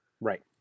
Right